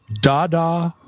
dada